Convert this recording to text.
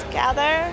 gather